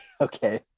Okay